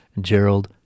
Gerald